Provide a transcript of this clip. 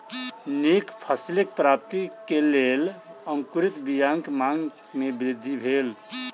नीक फसिलक प्राप्ति के लेल अंकुरित बीयाक मांग में वृद्धि भेल